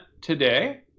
today